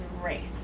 race